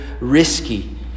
risky